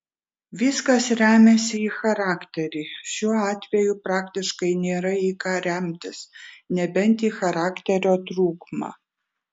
viskas remiasi į charakterį šiuo atveju praktiškai nėra į ką remtis nebent į charakterio trūkumą